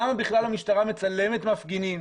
למה בכלל המשטרה מצלמת מפגינים?